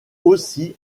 aussi